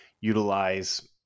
utilize